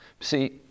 see